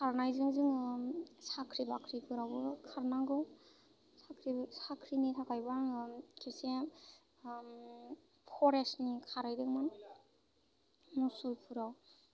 खारनायजों जाङो साख्रि बाख्रिफोरावबो खारनांगौ साख्रि साख्रिनि थाखायबो आङो खेबसे फरेसनि खारहैदोंमोन मसुलफुराव